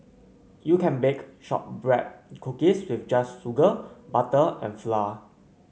you can bake shortbread cookies just with sugar butter and flour